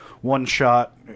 one-shot